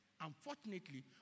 Unfortunately